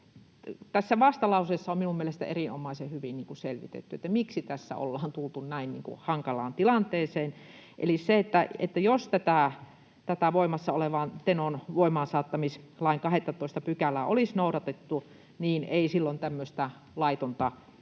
tässä vastalauseessa on minun mielestäni erinomaisen hyvin selvitetty, miksi tässä on tultu näin hankalaan tilanteeseen. Eli jos tätä voimassa olevaa Tenon voimaansaattamislain 12 §:ää olisi noudatettu, niin ei silloin tämmöistä laitonta